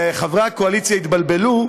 חברי הקואליציה התבלבלו,